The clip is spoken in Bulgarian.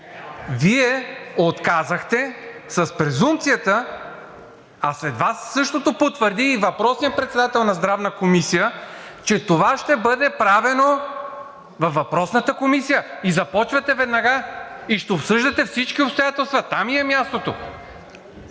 Вие отказахте с презумпцията, а след Вас същото потвърди и въпросният председател на Здравната комисия, че това ще бъде правено във въпросната Комисия. Започвате веднага и ще обсъждате всички обстоятелства – там им е мястото.